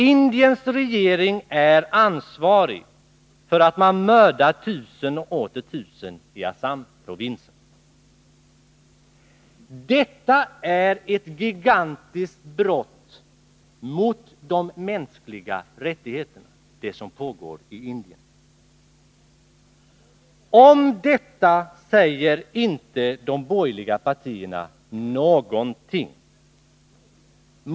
Indiens regering är ansvarig för att man mördar tusen och åter tusen i Assamprovinsen. Det som pågår i Indien är ett gigantiskt brott mot de mänskliga rättigheterna. Om detta säger inte de borgerliga partierna någonting.